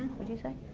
would you say?